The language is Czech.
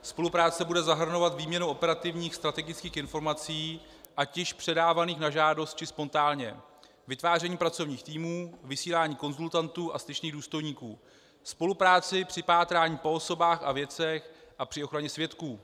Spolupráce bude zahrnovat výměnu operativních strategických informací, ať již předávaných na žádost, či spontánně, vytváření pracovních týmů, vysílání konzultantů a styčných důstojníků, spolupráci při pátrání po osobách a věcech a při ochraně svědků.